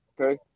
okay